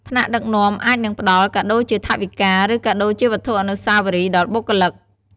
ថ្នាក់ដឹកនាំអាចនឹងផ្តល់ កាដូរជាថវិកា ឬ កាដូរជាវត្ថុអនុស្សាវរីយ៍ ដល់បុគ្គលិក។